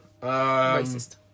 Racist